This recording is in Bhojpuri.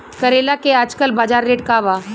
करेला के आजकल बजार रेट का बा?